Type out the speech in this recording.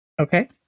Okay